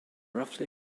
roughly